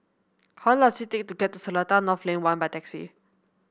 how long does it take to get to Seletar North Lane One by taxi